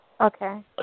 Okay